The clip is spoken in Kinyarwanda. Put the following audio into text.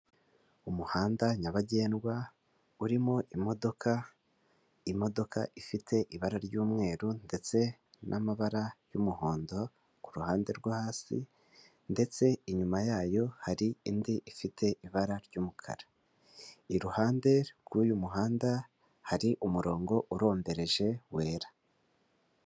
Umuhanda nyabagendwa urimo imodoka, imodoka ifite ibara ry'umweru ndetse n'amabara y'umuhondo ku ruhande rwo hasi, ndetse inyuma yayo hari indi ifite ibara ry'umukara. Iruhande rw'uyu muhanda, hari umurongo urombereje wera.